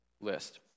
list